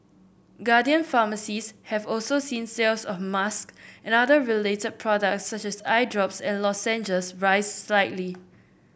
guardian pharmacies have also seen sales of masks and other related products such as eye drops and lozenges rise slightly